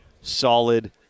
solid